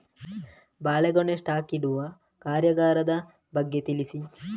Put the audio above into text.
ಬಾಳೆಗೊನೆ ಸ್ಟಾಕ್ ಇಡುವ ಕಾರ್ಯಗಾರದ ಬಗ್ಗೆ ತಿಳಿಸಿ